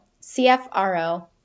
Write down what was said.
CFRO